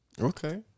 Okay